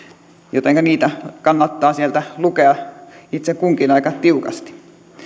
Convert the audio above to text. jotenka niitä kannattaa sieltä lukea itse kunkin aika tiukasti